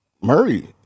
Murray –